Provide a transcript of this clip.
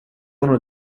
uno